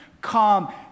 come